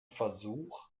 versuch